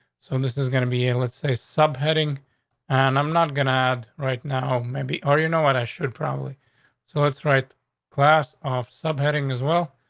so and this is gonna be able it's a subheading on. and i'm not gonna add right now. maybe. or you know what? i should probably so it's right class off subheading as well.